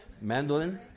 mandolin